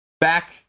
Back